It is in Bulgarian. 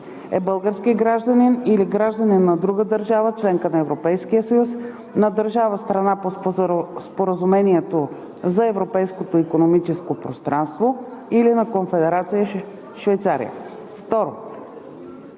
е български гражданин или гражданин на друга държава – членка на Европейския съюз, на държава – страна по Споразумението за Европейското икономическо пространство, или на Конфедерация Швейцария; 2.